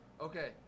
Okay